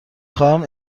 خواهم